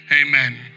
Amen